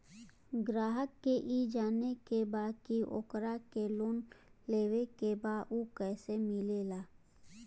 ग्राहक के ई जाने के बा की ओकरा के लोन लेवे के बा ऊ कैसे मिलेला?